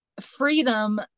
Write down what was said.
freedom